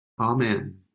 Amen